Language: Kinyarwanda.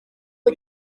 ngo